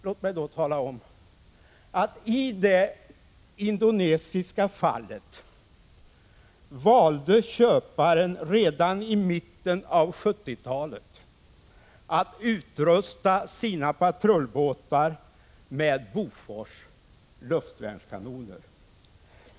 Låt mig då tala om, att i det indonesiska fallet valde köparen redan i mitten av 1970-talet att utrusta sina patrullbåtar med Bofors luftvärnskanoner.